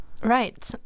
Right